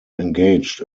engaged